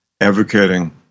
advocating